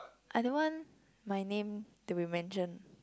I don't want my name to be mentioned